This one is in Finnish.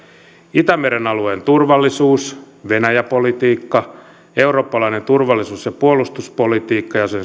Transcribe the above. itämeren alueen turvallisuus venäjä politiikka eurooppalainen turvallisuus ja puolustuspolitiikka ja sen